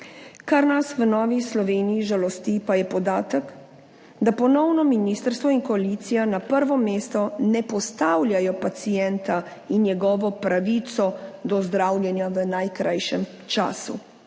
Kar nas v Novi Sloveniji žalosti pa je podatek, da ponovno ministrstvo in koalicija na prvo mesto ne postavljajo pacienta in njegovo pravico do zdravljenja v najkrajšem času.